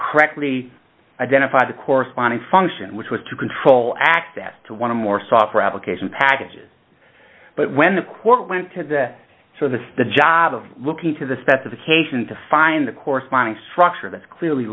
correctly identified the corresponding function which was to control access to one of more software applications packages but when the court went to the so that the job of looking to the specification to find the corresponding structure that's clearly